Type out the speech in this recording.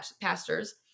pastors